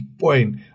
point